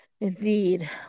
Indeed